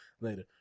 later